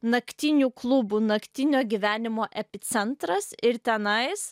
naktinių klubų naktinio gyvenimo epicentras ir tenais